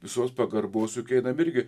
visos pagarbos juk einam irgi